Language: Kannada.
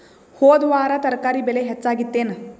ಹೊದ ವಾರ ತರಕಾರಿ ಬೆಲೆ ಹೆಚ್ಚಾಗಿತ್ತೇನ?